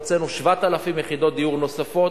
הוצאנו 7,000 יחידות דיור נוספות.